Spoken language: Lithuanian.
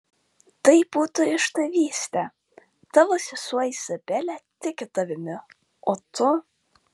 tai būtų išdavystė tavo sesuo izabelė tiki tavimi o tu